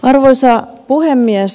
arvoisa puhemies